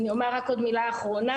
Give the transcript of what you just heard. אני אומר רק עוד מילה אחרונה,